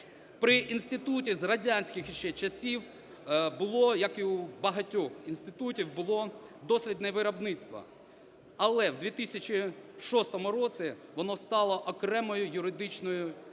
При інституті з радянських ще часів було, як і в багатьох інститутів, було дослідне виробництво, але в 2006 році воно стало окремою юридичною одиницею